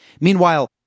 Meanwhile